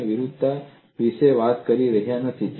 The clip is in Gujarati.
આપણે વિરૂપતા વિશે વાત કરી રહ્યા નથી